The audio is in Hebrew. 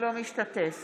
(קוראת בשמות חברי הכנסת) עידן רול, אינו משתתף